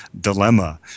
dilemma